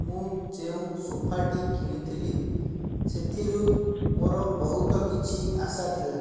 ମୁଁ ଯେଉଁ ସୋଫାଟି କିଣିଥିଲି ସେଥିରୁ ମୋର ବହୁତ କିଛି ଆଶା ଥିଲା